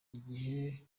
igihe